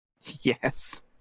Yes